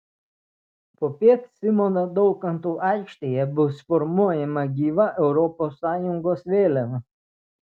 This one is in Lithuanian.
popiet simono daukanto aikštėje bus formuojama gyva europos sąjungos vėliava